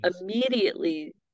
immediately